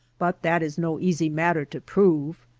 but that is no easy matter to prove.